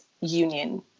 union